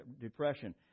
depression